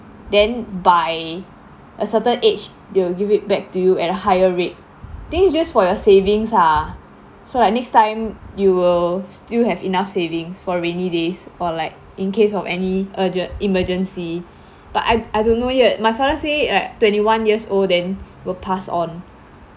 then by a certain age they will give it back to you at a higher rate think just for your savings ah so like next time you will still have enough savings for rainy days or like in case of any urgen~ emergency but I I don't know yet my father said like twenty one years old then will pass on